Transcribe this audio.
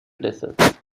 dessert